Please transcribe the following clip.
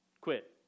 quit